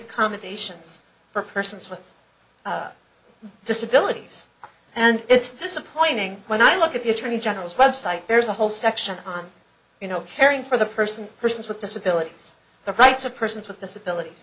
make commendations for persons with disabilities and it's disappointing when i look at the attorney general's website there's a whole section on you know caring for the person persons with disabilities the rights of persons with disabilities